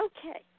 Okay